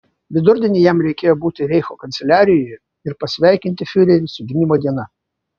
vidurdienį jam reikėjo būti reicho kanceliarijoje ir pasveikinti fiurerį su gimimo diena